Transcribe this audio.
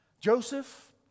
Joseph